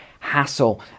Hassle